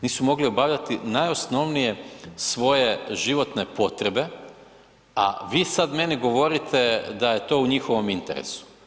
Nisu mogli obavljati najosnovnije svoje životne potrebe, a vi sad meni govorite da je to u njihovom interesu.